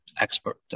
expert